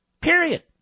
Period